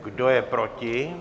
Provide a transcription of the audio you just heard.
Kdo je proti?